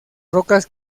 rocas